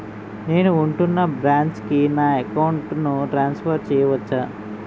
నేను ఉంటున్న బ్రాంచికి నా అకౌంట్ ను ట్రాన్సఫర్ చేయవచ్చా?